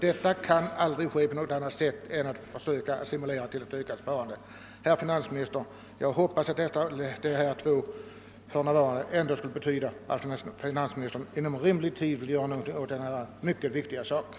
Det kan vi inte göra på annat sätt än genom att stimulera till ökat sparande. Herr finansminister! Jag hoppas att orden >»för närvarande« i svaret innebär att finansministern inom rimlig tid vill göra något åt denna mycket viktiga fråga.